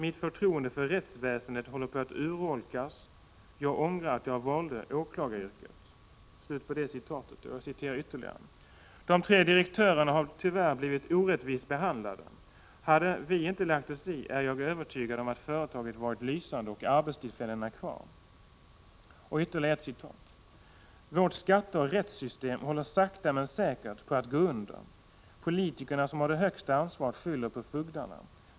Mitt förtroende för rättsväsendet håller på att urholkas, jag ångrar att jag valde åklagaryrket. —-—- De tre direktörerna har tyvärr blivit orättvist behandlade. Hade vi inte lagt oss i är jag övertygad om att företaget varit lysande och arbetstillfällena kvar. ——-— Vårt skatteoch rättssystem håller sakta men säkert på att gå under. Politikerna som har det högsta ansvaret skyller på fogdarna.